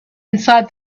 inside